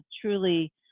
truly